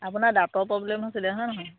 আপোনাৰ দাঁতৰ প্ৰব্লেম হৈছিলে হয় নহয়